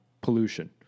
pollution